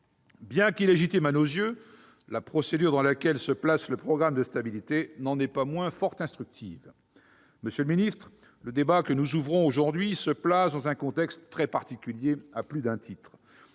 Bien qu'illégitime à nos yeux, la procédure dans laquelle se place le programme de stabilité n'en est pas moins fort instructive. Monsieur le ministre, le débat que nous ouvrons aujourd'hui se place dans un contexte très particulier à plus d'un titre.